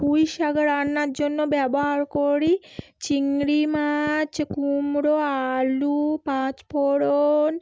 পুঁই শাক রান্নার জন্য ব্যবহার করি চিংড়ি মাছ কুমড়ো আলু পাঁচফোড়ন